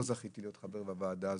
לא זכיתי להיות חבר בוועדה הזאת.